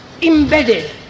embedded